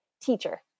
teacher